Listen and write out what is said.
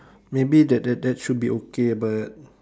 maybe that that that should be okay but